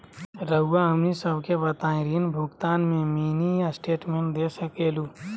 रहुआ हमनी सबके बताइं ऋण भुगतान में मिनी स्टेटमेंट दे सकेलू?